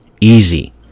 easy